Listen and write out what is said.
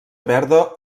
verda